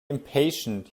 impatient